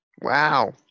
Wow